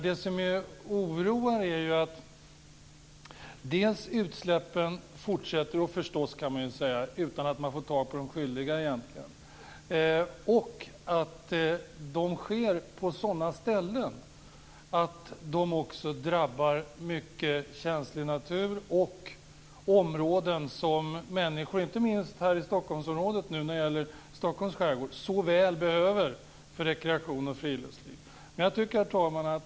Det som oroar är att utsläppen fortsätter utan att det går att få tag på de skyldiga och att utsläppen sker på sådana ställen att de drabbar känslig natur och områden som människor - inte minst nu i Stockholmsområdet med Stockholms skärgård - så väl behöver för rekreation och friluftsliv. Herr talman!